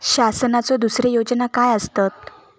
शासनाचो दुसरे योजना काय आसतत?